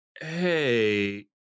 hey